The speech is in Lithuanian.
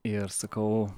ir sakau